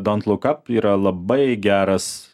dont luk ap yra labai geras